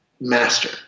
master